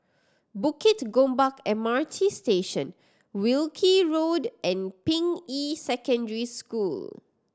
Bukit Gombak M R T Station Wilkie Road and Ping Yi Secondary School